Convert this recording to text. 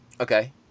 Okay